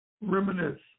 reminisce